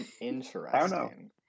Interesting